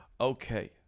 okay